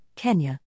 Kenya